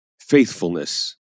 Faithfulness